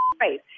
face